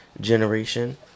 generation